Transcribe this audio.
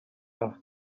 aha